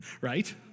Right